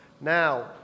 Now